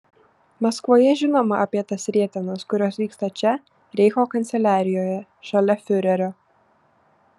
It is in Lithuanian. maskvoje žinoma apie tas rietenas kurios vyksta čia reicho kanceliarijoje šalia fiurerio